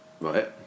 Right